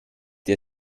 der